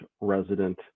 resident